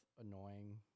annoying